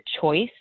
choice